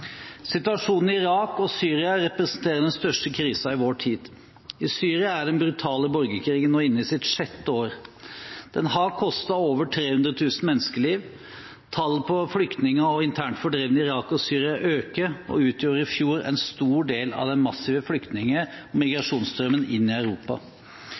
Situasjonen i Irak og Syria representerer den største krisen i vår tid. I Syria er den brutale borgerkrigen nå inne i sitt sjette år. Den har kostet over 300 000 menneskeliv. Tallene på flyktninger og internt fordrevne i Irak og Syria øker og utgjorde i fjor en stor del av den massive flyktning- og migrasjonsstrømmen inn i Europa.